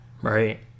Right